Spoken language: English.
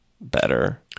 Better